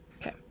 Okay